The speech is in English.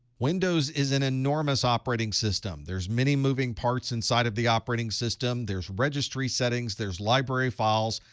windows is an enormous operating system. there's many moving parts inside of the operating system. there's registry settings. there's library files.